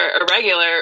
irregular